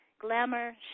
Glamour